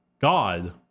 God